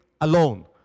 alone